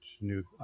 new